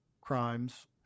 crimes